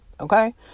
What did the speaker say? Okay